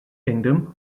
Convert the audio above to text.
kingdom